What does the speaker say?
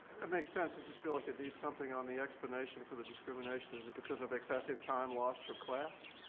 ah makes sense. i just feel like it needs something on the explanation for the discrimination. is it because of excessive time lost for class?